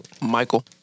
Michael